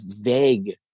vague